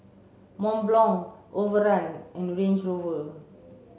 Mont Blanc Overrun and Range Rover